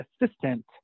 assistant